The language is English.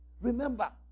Remember